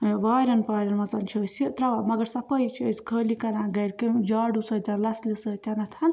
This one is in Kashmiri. ٲں واریٚن پاریٚن منٛز چھِ أسۍ یہِ ترٛاوان مگر صفٲیی چھِ أسۍ خٲلی کَران گھرِ کمہِ جاڈو سۭتۍ لَژھلہِ سۭتۍ